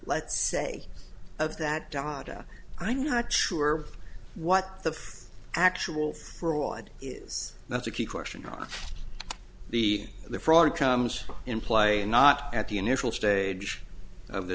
let's say of that dadda i'm not sure what the actual fraud is that's a key question not be the fraud comes in play not at the initial stage of the